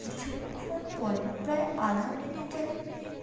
কিছুক্ষণ পরে প্রায় আধ মিনিট এক মিনিট